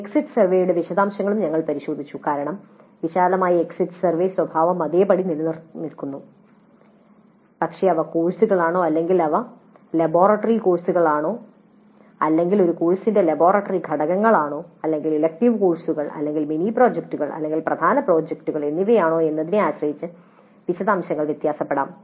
exit സർവേയുടെ വിശദാംശങ്ങളും ഞങ്ങൾ പരിശോധിച്ചു കാരണം വിശാലമായ എക്സിറ്റ് സർവേ സ്വഭാവം അതേപടി നിലനിൽക്കുന്നു പക്ഷേ അവ കോഴ്സുകളാണോ അല്ലെങ്കിൽ അവ ലബോറട്ടറി കോഴ്സുകളാണോ അല്ലെങ്കിൽ ഒരു കോഴ്സിന്റെ ലബോറട്ടറി ഘടകങ്ങളാണോ അല്ലെങ്കിൽ ഇലക്ടീവ് കോഴ്സുകൾ അല്ലെങ്കിൽ മിനി പ്രോജക്ടുകൾ അല്ലെങ്കിൽ പ്രധാന പ്രോജക്ടുകൾ എന്നിവയാണോ എന്നതിനെ ആശ്രയിച്ച് വിശദാംശങ്ങൾ വ്യത്യാസപ്പെടാം